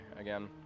again